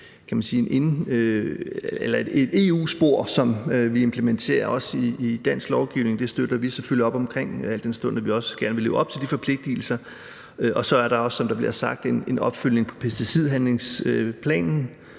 et EU-spor, som vi implementerer i dansk lovgivning. Det støtter vi selvfølgelig op om, al den stund at vi også gerne vil leve op til de forpligtigelser. Så er der også, som der blev sagt, en opfølgning på pesticidhandlingsplanen,